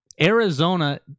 Arizona